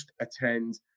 attend